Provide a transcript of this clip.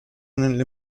nelle